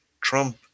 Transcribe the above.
Trump